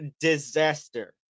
disaster